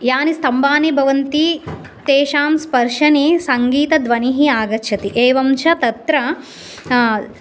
यानि स्तम्बानि बवन्ति तेषां स्पर्शने सङ्गीतद्वनिः आगच्चति एवं च तत्र